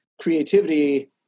creativity